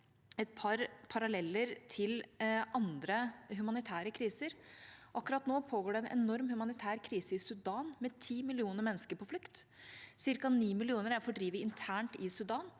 et par paralleller til andre humanitære kriser. Akkurat nå pågår det en enorm humanitær krise i Sudan, med ti millioner mennesker på flukt. Cirka ni millioner er fordrevet internt i Sudan.